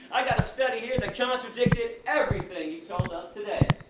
i got a study here that contradicted everything you told us today.